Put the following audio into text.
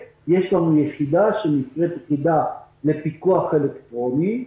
יש גם יחידה שנקראת יחידה לפיקוח אלקטרוני.